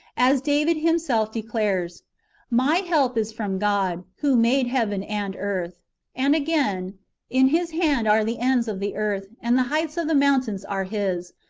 as david himself declares my help is from god, who made heaven and earth and again in his hand are the ends of the earth, and the heights of the mountains are his.